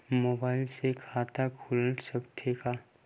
Mobile से खाता खुल सकथे का?